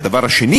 והדבר השני,